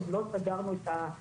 עוד לא סגרנו את העלויות.